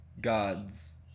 gods